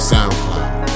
SoundCloud